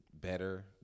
better